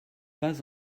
pas